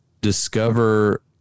discover